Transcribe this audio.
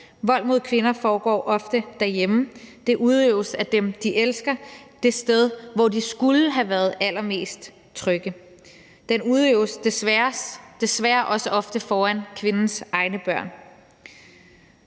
Vold mod kvinder foregår ofte derhjemme. Den udøves af dem, de elsker, det sted, hvor de skulle have været allermest trygge. Den udøves desværre også ofte foran kvindens egne børn.